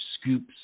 scoops